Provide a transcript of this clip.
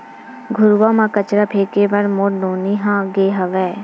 घुरूवा म कचरा फेंके बर मोर नोनी ह गे हावय